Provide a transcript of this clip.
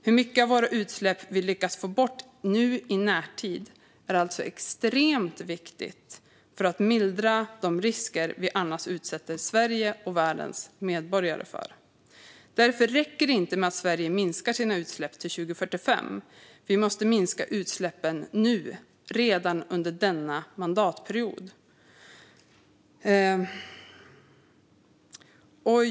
Hur mycket av våra utsläpp vi lyckas få bort i närtid är alltså extremt viktigt när det gäller att mildra de risker vi utsätter Sveriges och världens medborgare för. Därför räcker det inte med att Sverige minskar sina utsläpp till 2045. Vi måste minska utsläppen nu, redan under denna mandatperiod.